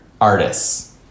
artists